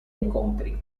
incontri